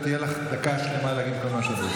ותהיה לך דקה שלמה להגיד כל מה שאת רוצה.